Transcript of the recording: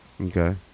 Okay